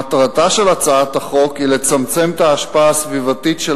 מטרתה של הצעת החוק היא לצמצם את ההשפעה הסביבתית של